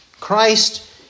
Christ